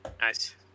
Nice